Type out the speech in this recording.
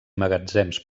magatzems